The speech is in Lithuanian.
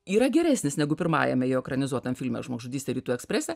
yra geresnis negu pirmajame jo ekranizuotam filme žmogžudystė rytų eksprese